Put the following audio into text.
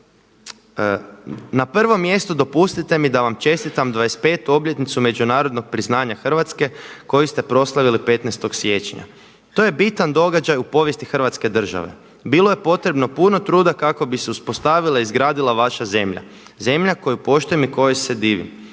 na prvom mjestu dopustite mi da vam čestitam 25. obljetnicu međunarodnog priznanja Hrvatske koju ste proslavili 15. siječnja. To je bitan događaj u povijesti hrvatske države. Bilo je potrebno puno truda kako bi se uspostavila i izgradila vaša zemlja, zemlju koju poštujem i kojoj se divim.